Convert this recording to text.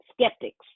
skeptics